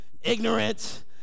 ignorant